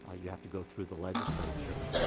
ah you have to go through the legislature,